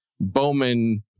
Bowman